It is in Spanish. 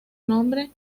nombre